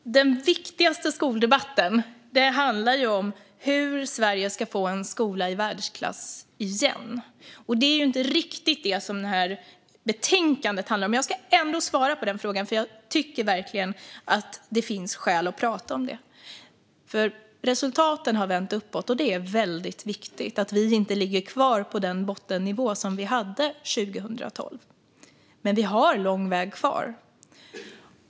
Fru talman! Den viktigaste skoldebatten handlar om hur Sverige ska få en skola i världsklass igen. Det är inte riktigt det som betänkandet handlar om. Men jag ska ändå svara på den frågan. Jag tycker verkligen att det finns skäl att prata om det. Resultaten har vänt uppåt. Det är viktigt att vi inte ligger kvar på den bottennivå där vi var 2012. Men vi har lång väg kvar.